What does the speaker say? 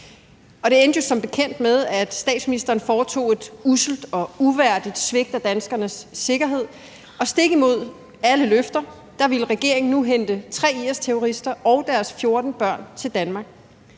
det endte jo som bekendt med, at statsministeren foretog et usselt og uværdigt svigt af danskernes sikkerhed, og stik imod alle løfter ville regeringen nu hente 3 IS-terrorister og deres 14 børn til Danmark.